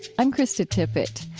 i'm krista tippett.